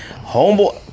Homeboy